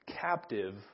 captive